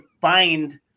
find